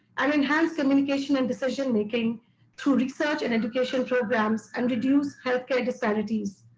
and enhance communication and decision-making through research and education programs and reduce health care disparities.